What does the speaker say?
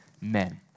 men